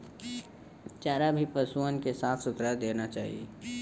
चारा भी पसुअन के साफ सुथरा देना चाही